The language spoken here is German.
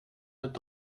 wird